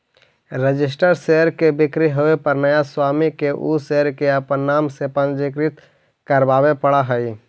registered share के बिक्री होवे पर नया स्वामी के उ शेयर के अपन नाम से पंजीकृत करवावे पड़ऽ हइ